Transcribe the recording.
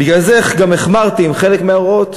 בגלל זה גם החמרתי עם חלק מההוראות.